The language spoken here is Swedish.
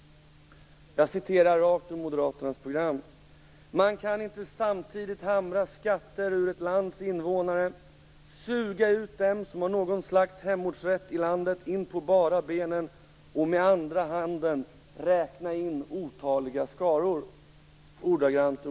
Jag citerar ordagrant ur Moderaternas program: "Man kan inte samtidigt hamra skatter ur ett lands invånare, suga ut dem som har någon slags hemortsrätt i landet inpå bara benen och med andra handen räkna in otaliga skaror."